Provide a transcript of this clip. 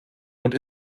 und